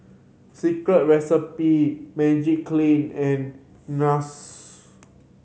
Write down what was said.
Secret Recipe Magiclean and Nars